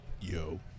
Yo